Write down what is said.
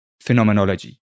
phenomenology